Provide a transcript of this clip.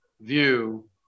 view